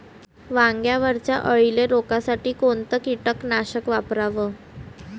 वांग्यावरच्या अळीले रोकासाठी कोनतं कीटकनाशक वापराव?